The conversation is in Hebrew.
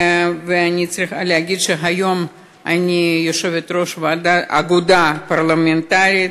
ואני צריכה להגיד שהיום אני יושבת-ראש האגודה הפרלמנטרית,